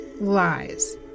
lies